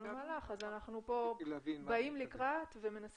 מה היה ההכרח להוריד את זה לארבע